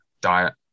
diet